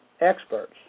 experts